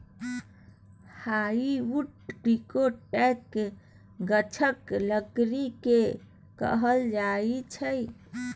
hardwood डिकौटक गाछक लकड़ी केँ कहल जाइ छै